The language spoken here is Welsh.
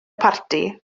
parti